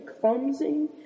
clumsy